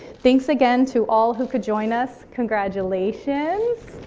thanks again to all who could join us. congratulations.